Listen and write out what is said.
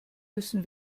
müssen